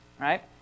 right